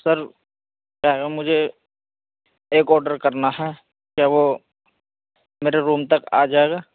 سر کیا ہے وہ مجھے ایک آرڈر کرنا ہے کیا وہ میرے روم تک آ جائے گا